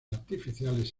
artificiales